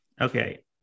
Okay